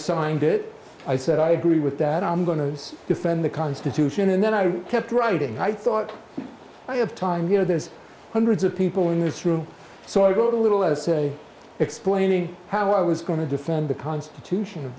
signed it i said i agree with that i'm going to defend the constitution and then i kept writing i thought i have time here there's hundreds of people in this room so i go to a little essay explaining how i was going to defend the constitution of